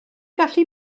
gallu